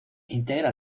integra